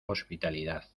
hospitalidad